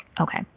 Okay